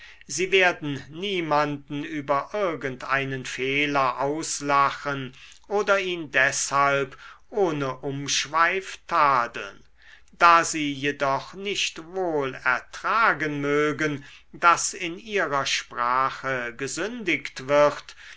sie werden niemanden über irgend einen fehler auslachen oder ihn deshalb ohne umschweif tadeln da sie jedoch nicht wohl ertragen mögen daß in ihrer sprache gesündigt wird